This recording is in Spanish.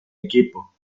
equipo